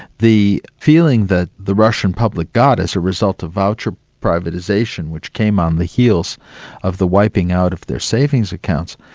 the feeling that the russian public got as a result of voucher privatisation, which came on the heels of the wiping out of their savings accounts,